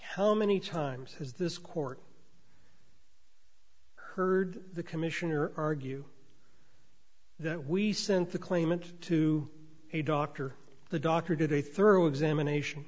how many times has this court heard the commissioner argue that we sent the claimant to a doctor the doctor did a thorough examination